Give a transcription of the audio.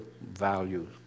values